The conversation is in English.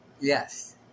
Yes